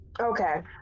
Okay